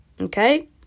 Okay